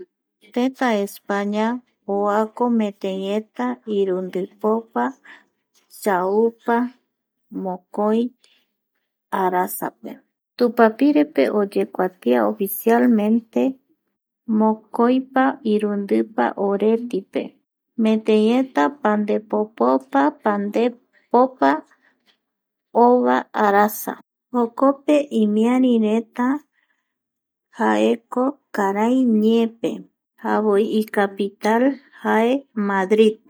Tëtä España oako metei eta irundipopa chaupa mokoi arasape, tupapirepe oyekuatia oficial mente pe mokoipa irundi oretipe, metei eta pandepopopa pandepo ova arasa, jokope imiari reta karai jaeko ñeepe javoi icapital jae Madrid